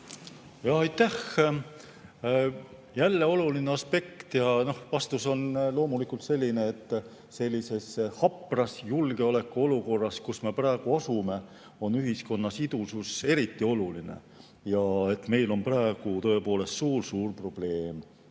Aitäh! Jälle oluline aspekt. Vastus on loomulikult selline, et sellises hapras julgeolekuolukorras, kus me praegu asume, on ühiskonna sidusus eriti oluline. Meil on praegu tõepoolest suur-suur probleem